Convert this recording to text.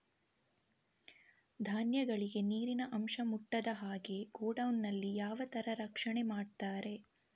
ಧಾನ್ಯಗಳಿಗೆ ನೀರಿನ ಅಂಶ ಮುಟ್ಟದ ಹಾಗೆ ಗೋಡೌನ್ ನಲ್ಲಿ ಯಾವ ತರ ರಕ್ಷಣೆ ಮಾಡ್ತಾರೆ?